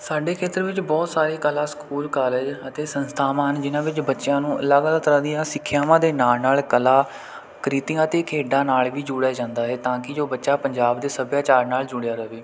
ਸਾਡੇ ਖੇਤਰ ਵਿੱਚ ਬਹੁਤ ਸਾਰੇ ਕਲਾ ਸਕੂਲ ਕਾਲਜ ਅਤੇ ਸੰਸਥਾਵਾਂ ਹਨ ਜਿਨ੍ਹਾਂ ਵਿੱਚ ਬੱਚਿਆਂ ਨੂੰ ਅਲੱਗ ਅਲੱਗ ਤਰ੍ਹਾਂ ਦੀਆਂ ਸਿੱਖਿਆਵਾਂ ਦੇ ਨਾਲ ਨਾਲ ਕਲਾਕ੍ਰਿਤੀਆਂ ਅਤੇ ਖੇਡਾਂ ਨਾਲ ਵੀ ਜੋੜਿਆ ਜਾਂਦਾ ਹੈ ਤਾਂ ਕਿ ਜੋ ਬੱਚਾ ਪੰਜਾਬ ਦੇ ਸੱਭਿਆਚਾਰ ਨਾਲ ਜੁੜਿਆ ਰਹੇ